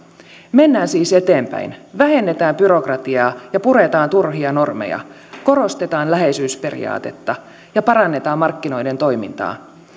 mennään siis eteenpäin vähennetään byrokratiaa ja puretaan turhia normeja korostetaan läheisyysperiaatetta ja parannetaan markkinoiden toimintaa